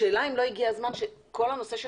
השאלה אם לא הגיע הזמן שכל הנושא של